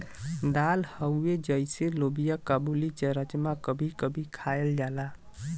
दाल हउवे जइसे लोबिआ काबुली, राजमा कभी कभी खायल जाला